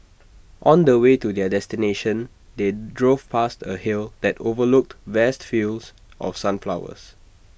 on the way to their destination they drove past A hill that overlooked vast fields of sunflowers